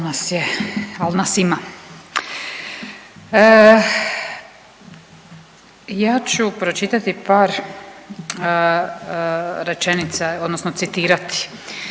al nas ima. Ja ću pročitati par rečenica odnosno citirati.